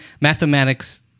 mathematics